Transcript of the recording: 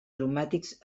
aromàtics